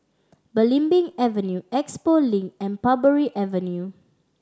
Belimbing Avenue Expo Link and Parbury Avenue